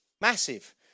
Massive